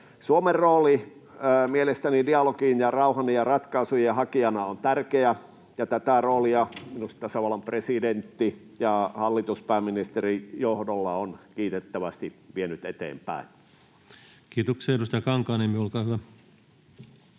Suomen rooli mielestäni dialogin ja rauhan ja ratkaisujen hakijana on tärkeä, ja tätä roolia minusta tasavallan presidentti ja hallitus pääministerin johdolla ovat kiitettävästi vieneet eteenpäin. Kiitoksia. — Edustaja Kankaanniemi, olkaa hyvä.